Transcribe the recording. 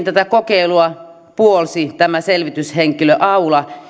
tätä kokeilua puolsi myöskin selvityshenkilö aula